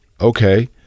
okay